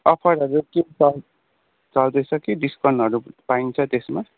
अफरहरू के चल् चल्दैछ के डिस्काउन्टहरू पाइन्छ त्यसमा